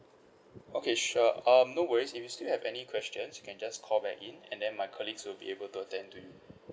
okay sure um no worries if you still have any questions you can just call back in and then my colleagues will be able to attend to you